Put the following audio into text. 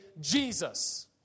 Jesus